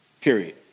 period